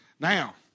Now